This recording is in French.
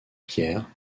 pierre